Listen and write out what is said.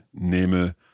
nehme